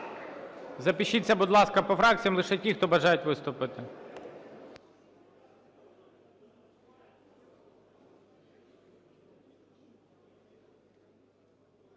Запишіться, будь ласка, по фракціям лише ті, хто бажають виступити.